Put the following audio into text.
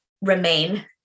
remain